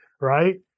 right